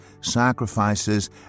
sacrifices